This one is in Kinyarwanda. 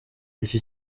iki